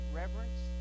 reverence